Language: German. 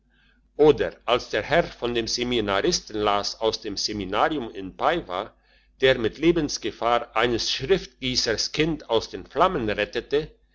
oder als der herr von dem seminaristen las aus dem seminarium in pavia der mit lebensgefahr eines schriftgiessers kind aus den flammen rettete